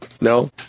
No